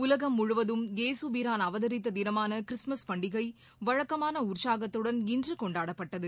உலகம் முழுவதும் இயேசுபிரான் அவதரித்த தினமான கிறிஸ்துமஸ் பண்டிகை வழக்கமான உற்சாகத்துடன் இன்று கொண்டாடப்பட்டது